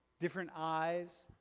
different eyes.